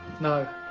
no